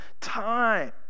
time